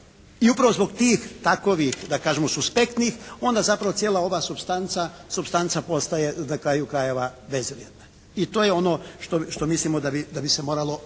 I upravo zbog tih, takovih da kažemo suspektnih onda zapravo cijela ova supstanca postaje na kraju krajeva bezvrijedna i to je ono što mislimo da bi se moralo